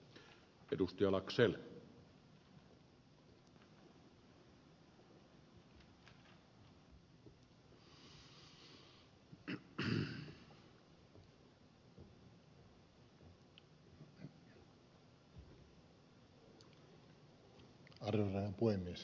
arvoisa herra puhemies